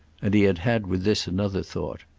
and he had had with this another thought.